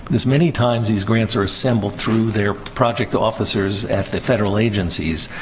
because, many times, these grants are assembled through their project officers at the federal agencies.